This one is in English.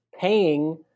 paying